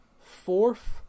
fourth